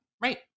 Right